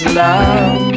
love